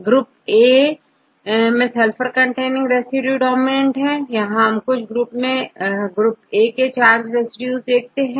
group A मैं sulphur containing residue dominant है यहां आप कुछ केस में ग्रुप ए में चार्ज रेसिड्यू देख सकते हैं